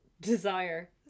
desire